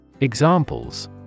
Examples